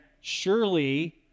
surely